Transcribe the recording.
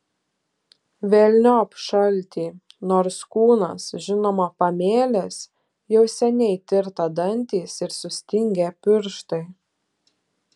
velniop šaltį nors kūnas žinoma pamėlęs jau seniai tirta dantys ir sustingę pirštai